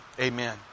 amen